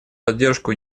поддержку